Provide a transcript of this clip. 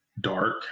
dark